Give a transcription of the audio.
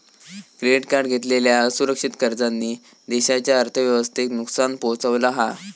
credit card घेतलेल्या असुरक्षित कर्जांनी देशाच्या अर्थव्यवस्थेक नुकसान पोहचवला हा